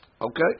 Okay